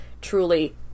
truly